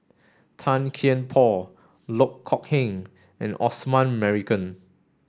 Tan Kian Por Loh Kok Heng and Osman Merican